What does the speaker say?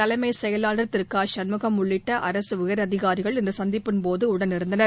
தலைமை செயலாளர் திரு க சண்முகம் உள்ளிட்ட அரசு உயர் அதிகாரிகள் இந்தச் சந்திப்பின்போது உடனிருந்தனர்